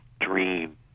dream